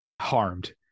harmed